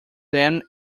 them